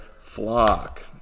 flock